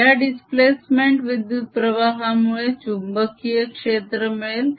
या दिस्प्लेसमेंट विद्युत प्रवाहामुळे चुंबकीय क्षेत्र मिळेल